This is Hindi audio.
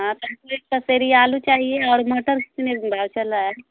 हाँ तो हमको एक पसेरी आलू चाहिए और मटर कितने में भाव चल रहा है